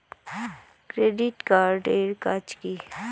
Credit card এর কাজ কি?